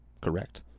Correct